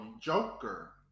Joker